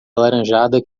alaranjada